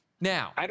now